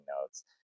notes